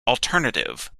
alternative